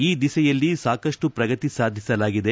ಈ ದಿಸೆಯಲ್ಲಿ ಸಾಕಷ್ಟು ಪ್ರಗತಿ ಸಾಧಿಸಲಾಗಿದೆ